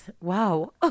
Wow